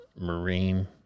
Marine